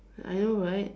I know right